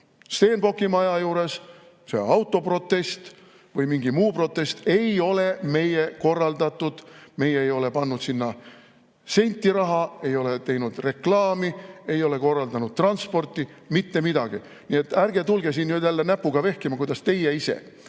Stenbocki maja juures, see autoprotest või mingi muu protest, ei ole olnud meie korraldatud. Meie ei ole pannud sinna sentigi raha, ei ole teinud reklaami, ei ole korraldanud transporti. Mitte midagi. Nii et ärge tulge siin nüüd jälle näpuga vehkima, et aga teie ise.